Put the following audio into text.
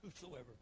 whosoever